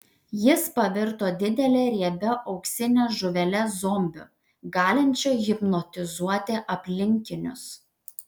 jis pavirto didele riebia auksine žuvele zombiu galinčia hipnotizuoti aplinkinius